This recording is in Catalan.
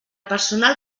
personal